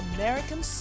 American